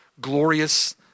glorious